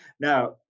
Now